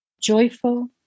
joyful